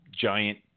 giant